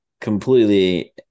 completely